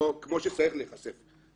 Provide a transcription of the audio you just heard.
כמו שהוא צריך להיחשף להם.